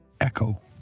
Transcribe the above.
echo